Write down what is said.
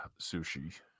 sushi